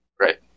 Right